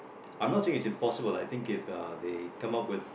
I'm not saying it's impossible I think if uh they come up with